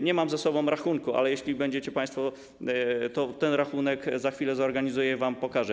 Nie mam ze sobą rachunku, ale jeśli będziecie tu państwo, to ten rachunek za chwilę zorganizuję i wam pokażę.